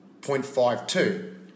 0.52